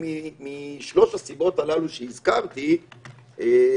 משלוש הסיבות הללו שהזכרתי צריך,